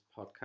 podcast